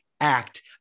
act